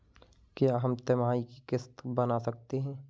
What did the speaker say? क्या हम तिमाही की किस्त बना सकते हैं?